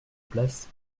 place